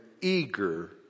eager